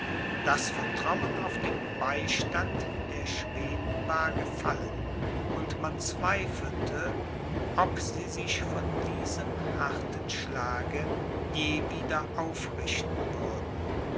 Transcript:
das vertrauen auf den beistand der schweden war gefallen und man zweifelte ob sie sich von diesem harten schlage je wieder aufrichten würden